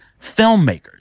filmmakers